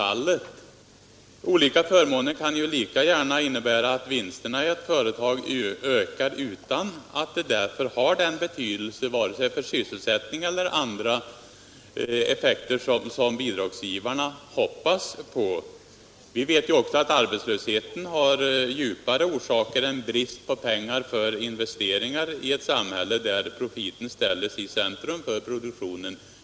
De olika förmåner som delas ut kan lika gärna få till följd att vinsterna i ett företag ökar utan att detta har den betydelse för sysselsättningen eller andra effekter som bidragsgivarna hoppas på. Vi vet ju att arbetslösheten har djupare orsaker än brist på pengar för investeringar i ett samhälle där profiten ställs i centrum för produktionen.